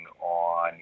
on